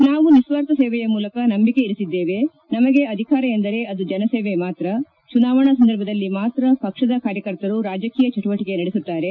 ನಾವು ನಿಸ್ನಾರ್ಥ ಸೇವೆಯ ಮೇಲೆ ನಂಬಿಕೆ ಇರಿಸಿದ್ದೇವೆ ನಮಗೆ ಅಧಿಕಾರ ಎಂದರೆ ಅದು ಜನಸೇವೆ ಮಾತ್ರ ಚುನಾವಣಾ ಸಂದರ್ಭದಲ್ಲಿ ಮಾತ್ರ ಪಕ್ಷದ ಕಾರ್ಯಕರ್ತರು ರಾಜಕೀಯ ಚಟುವಟಿಕೆ ನಡೆಸುತ್ತಾರೆ